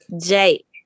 jake